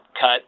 cut